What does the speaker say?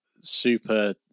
super